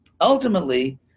ultimately